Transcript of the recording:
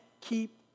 keep